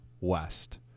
west